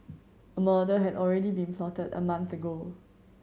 a murder had already been plotted a month ago